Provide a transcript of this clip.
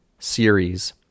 series